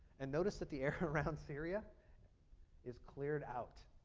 and notice that the air around syria is cleared out.